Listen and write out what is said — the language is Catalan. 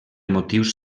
motius